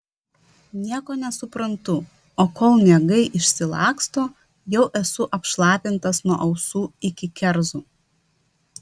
nieko nesuprantu o kol miegai išsilaksto jau esu apšlapintas nuo ausų iki kerzų